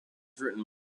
written